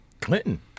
Clinton